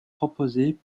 proposés